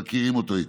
מכירים אותו היטב.